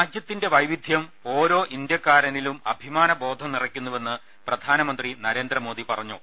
രാജ്യത്തിന്റെ വൈവിധ്യം ഓരോ ഇന്ത്യക്കാരനിലും അഭിമാനബോധം നിറയ്ക്കുന്നുവെന്ന് പ്രധാനമന്ത്രി നരേന്ദ്രമോദി പറഞ്ഞു